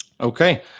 Okay